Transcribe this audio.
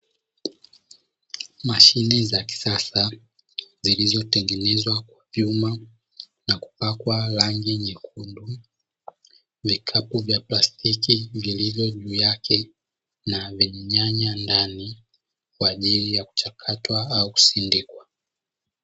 Mashine za kisasa zilizotengenezwa kwa vyuma na kupakwa rangi nyekundu, vikapu vya plastiki vilivyo vilivyo juu yake na vyenye nyanya ndani kwa ajili ya kuchakatwa au kusindikwa.